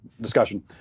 discussion